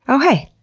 oh, hey.